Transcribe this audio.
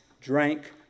drank